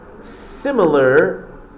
similar